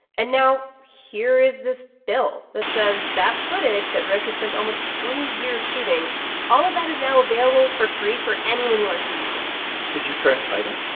and now here is this bill that says that footage that rick has spent almost twenty years shooting all of that is now available for free for anyone who wants to use it did you try and fight it?